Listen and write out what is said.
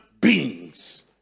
beings